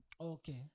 Okay